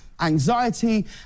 anxiety